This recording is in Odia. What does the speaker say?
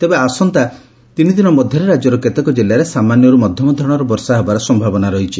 ତେବେ ଆସନ୍ତା ତିନିଦିନ ମଧରେ ରାକ୍ୟର କେତେକ ଜିଲ୍ଲାରେ ସାମାନ୍ୟରୁ ମଧ୍ୟମଧରଣର ବର୍ଷା ହେବାର ସମ୍ଭାବନା ରହିଛି